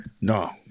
No